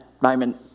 moment